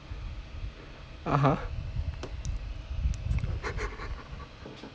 (uh huh)